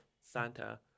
Santa